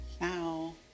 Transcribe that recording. Now